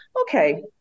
Okay